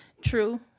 True